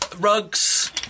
rugs